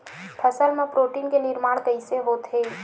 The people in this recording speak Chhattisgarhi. फसल मा प्रोटीन के निर्माण कइसे होथे?